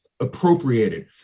appropriated